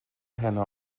heno